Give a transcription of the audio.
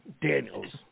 Daniels